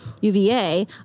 UVA